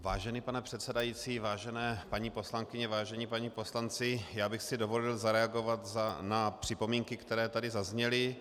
Vážený pane předsedající, vážené paní poslankyně, vážení páni poslanci, já bych si dovolil zareagovat na připomínky, které tady zazněly.